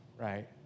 Right